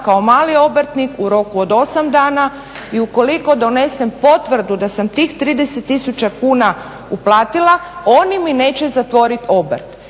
kao mali obrtnik u roku od 8 dana i ukoliko donesem potvrdu da sam tih 30 tisuća kuna uplatila, oni mi neće zatvoriti obrt.